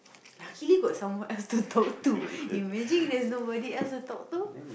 luckily got someone else to talk to imagine there's nobody else to talk to